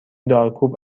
دارکوب